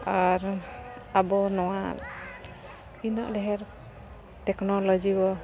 ᱟᱨ ᱟᱵᱚ ᱱᱚᱣᱟ ᱛᱤᱱᱟᱹᱜ ᱰᱷᱮᱨ ᱴᱮᱠᱱᱳᱞᱚᱡᱤ ᱵᱚᱱ